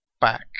back